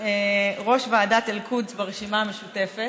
מטעם ראש ועדת אל-קודס ברשימה המשותפת,